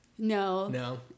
No